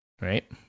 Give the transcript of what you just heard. right